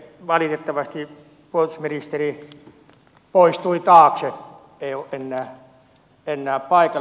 valitettavasti puolustusministeri poistui taakse ei ole enää paikalla